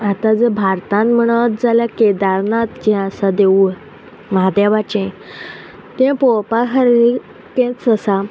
आतां जर भारतान म्हणत जाल्यार केदारनाथ जे आसा देवूळ महादेवाचें तें पळोवपा खातीर तेंच आसा